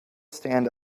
stand